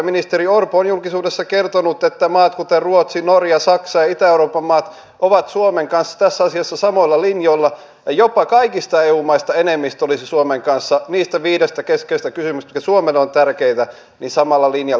ministeri orpo on julkisuudessa kertonut että maat kuten ruotsi norja saksa ja itä euroopan maat ovat suomen kanssa tässä asiassa samoilla linjoilla ja jopa kaikista eu maista enemmistö olisi suomen kanssa niistä viidestä keskeisestä kysymyksestä mitkä suomelle ovat tärkeitä samalla linjalla